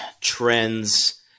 trends